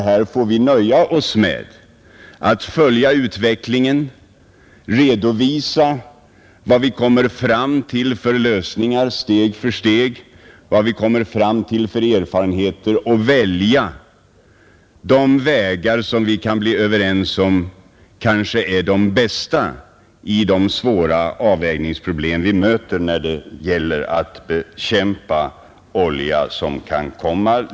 Vi får nöja oss med att följa utvecklingen på forskningens område, redovisa vilka lösningar man kommer fram till och vilka erfarenheter man gör steg för steg samt välja de vägar som vi kan bli överens om är de bästa när det gäller de svåra avvägningsproblem vi möter vid bekämpningen av olja som släpps ut.